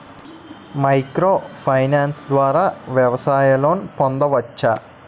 Micro finance ద్వారా వ్యవసాయ loan పొందవచ్చా?